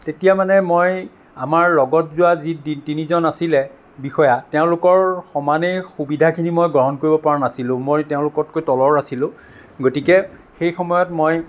তেতিয়া মানে মই আমাৰ লগত যোৱা যি তিনিজন আছিল বিষয়া তেওঁলোকৰ সমানেই সুবিধাখিনি মই গ্ৰহণ কৰিব পৰা নাছিলোঁ মই তেওঁলোকতকৈ তলৰ আছিলোঁ গতিকে সেইসময়ত মই